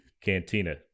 Cantina